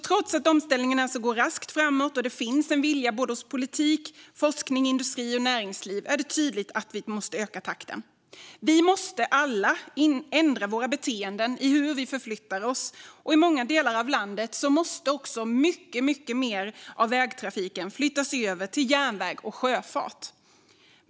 Trots att omställningen går raskt framåt och det finns en vilja hos politik, forskning, industri och näringsliv är det tydligt att vi måste öka takten. Vi måste alla ändra våra beteenden i hur vi förflyttar oss. I många delar av landet måste mycket mer av vägtrafiken flyttas över till järnväg och sjöfart.